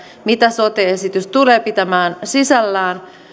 mitä sote esitys tulee pitämään sisällään